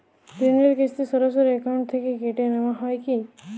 ঋণের কিস্তি সরাসরি অ্যাকাউন্ট থেকে কেটে নেওয়া হয় কি?